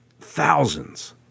thousands